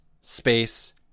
space